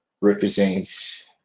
represents